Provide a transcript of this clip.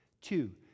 Two